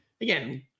again